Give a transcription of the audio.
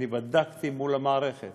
אני בדקתי מול המערכת